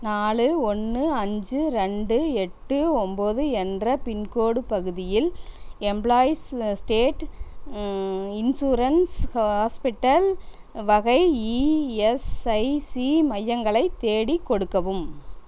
நாலு ஒன்று அஞ்சு இரண்டு எட்டு ஒன்போது என்ற பின்கோடு பகுதியில் எம்ப்ளாயீஸ் ஸ்டேட் இன்சூரன்ஸ் ஹாஸ்பிட்டல் வகை இஎஸ்ஐசி மையங்களைத் தேடிக் கொடுக்கவும்